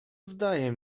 zdaje